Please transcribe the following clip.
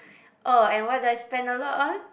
oh and what do I spend a lot on